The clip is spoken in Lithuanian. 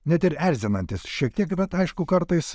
net ir erzinantis šiek tiek bet aišku kartais